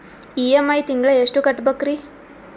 EMI ತಿಂಗಳ ಎಷ್ಟು ಕಟ್ಬಕ್ರೀ?